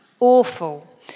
Awful